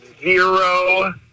Zero